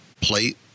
plate